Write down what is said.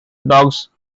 dogs